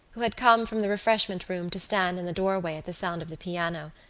who had come from the refreshment-room to stand in the doorway at the sound of the piano,